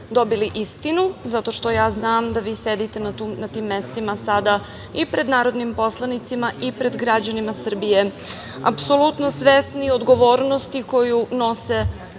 dobili istinu, zato što ja znam da vi sedite tu na tim mestima sada i pred narodnim poslanicima i pred građanima Srbije apsolutno svesni odgovornosti koju nose